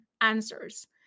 answers